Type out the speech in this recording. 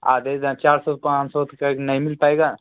आधे चार सौ पाँच सौ तक नहीं मिल पाएगा